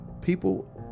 people